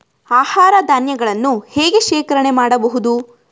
ಆಹಾರ ಧಾನ್ಯಗಳನ್ನು ಹೇಗೆ ಶೇಖರಣೆ ಮಾಡಬಹುದು?